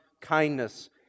kindness